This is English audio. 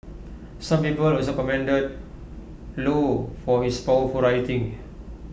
some people also commended low for his powerful writing